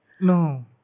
No